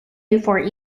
before